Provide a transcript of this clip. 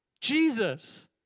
Jesus